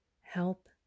help